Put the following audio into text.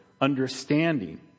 Understanding